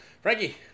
Frankie